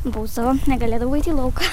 bausdavo negalėdavau eit į lauką